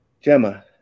Gemma